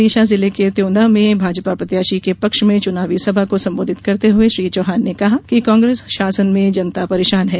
विदिशा जिले के त्यौंदा में भाजपा प्रत्याशी के पक्ष में चुनावी सभा को संबोधित करते हुये श्री चौहान ने कहा कि कांग्रेस शासन में जनता परेशान है